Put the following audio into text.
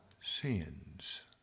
sins